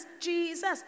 Jesus